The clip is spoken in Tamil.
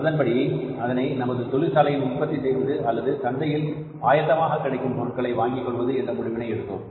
அதன்படி அதனை நமது தொழிற்சாலையில் உற்பத்தி செய்வது அல்லது சந்தையில் ஆயத்தமாக கிடைக்கும் பொருளை வாங்கிக் கொள்வது என்ற முடிவினை எடுத்தோம்